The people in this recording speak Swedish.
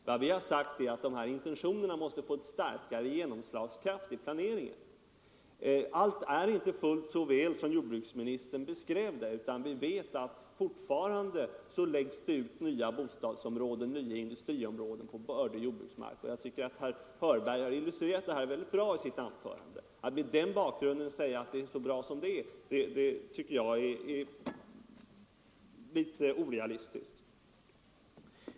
Vad vi har sagt är att de här intentionerna måste få större genomslagskraft i planeringen. Allt är inte fullt så väl beställt som jordbruksministern beskrev det, utan som vi vet läggs det fortfarande ut nya bostadsområden och industriområden på bördig jordbruksmark. Jag tycker att herr Hörberg har illustrerat det väldigt bra i sitt anförande. Att mot den bakgrunden säga att det är bra som det är tycker jag är litet orealistiskt.